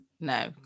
No